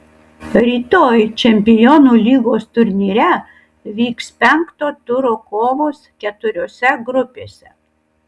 rytoj čempionų lygos turnyre vyks penkto turo kovos keturiose grupėse